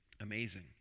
Amazing